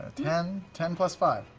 ten, ten plus five.